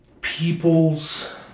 people's